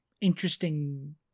interesting